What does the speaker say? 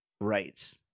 right